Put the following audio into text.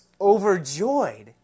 overjoyed